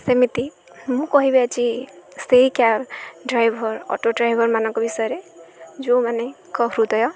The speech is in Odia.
ସେମିତି ମୁଁ କହିବି ଆଜି ସେଇ କ୍ୟାବ୍ ଡ୍ରାଇଭର୍ ଅଟୋ ଡ୍ରାଇଭର୍ମାନଙ୍କ ବିଷୟରେ ଯୋଉମାନଙ୍କ ହୃଦୟ